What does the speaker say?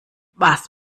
was